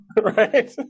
right